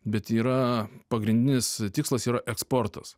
bet yra pagrindinis tikslas yra eksportas